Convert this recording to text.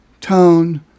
tone